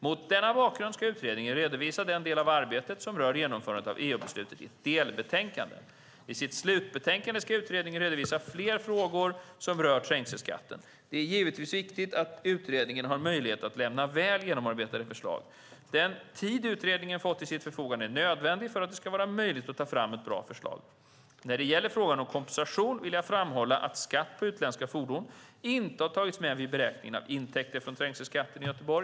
Mot denna bakgrund ska utredningen redovisa den del av arbetet som rör genomförandet av EU-beslutet i ett delbetänkande. I sitt slutbetänkande ska utredningen redovisa flera frågor som rör trängselskatten. Det är givetvis viktigt att utredningen har möjlighet att lämna väl genomarbetade förslag. Den tid utredningen fått till sitt förfogande är nödvändig för att det ska vara möjligt att ta fram ett bra förslag. När det gäller frågan om kompensation vill jag framhålla att skatt på utländska fordon inte har tagits med vid beräkningarna av intäkterna från trängselskatten i Göteborg.